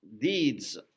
deeds